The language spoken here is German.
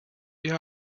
wir